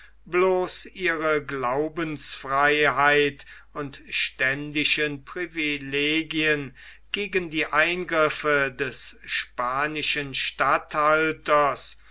bloß ihre glaubensfreiheit und ständischen privilegien gegen die eingriffe des spanischen